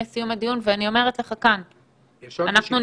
לפי המתווה שלנו עולם התרבות היה אמור לחזור ב-27 במאי 2020. לצערנו זה